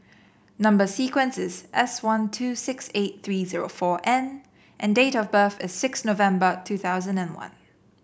number sequence is S one two six eight three zero four N and date of birth is six November two thousand and one